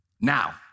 Now